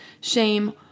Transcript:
shame